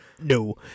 No